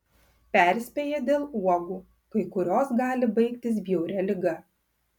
perspėja dėl uogų kai kurios gali baigtis bjauria liga